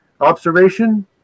observation